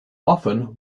often